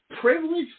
privilege